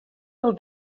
del